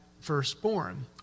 firstborn